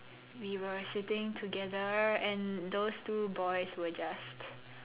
we were sitting together and those two boys were just